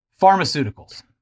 Pharmaceuticals